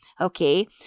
Okay